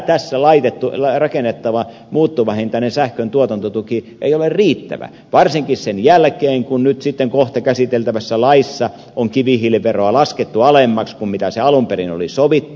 tässä rakennettava muuttuvahintainen sähkön tuotantotuki ei ole riittävä varsinkaan sen jälkeen kun nyt sitten kohta käsiteltävässä laissa on kivihiiliveroa laskettu alemmas kuin alun perin oli sovittu